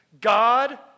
God